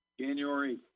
January